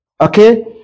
Okay